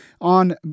on